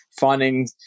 finding –